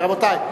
רבותי.